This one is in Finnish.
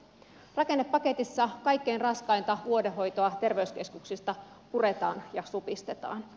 rakennepaketissa kaikkein raskainta vuodehoitoa terveyskeskuksista puretaan ja supistetaan